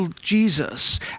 Jesus